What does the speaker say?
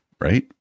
Right